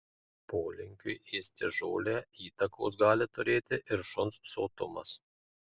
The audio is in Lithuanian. polinkiui ėsti žolę įtakos gali turėti ir šuns sotumas